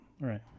Right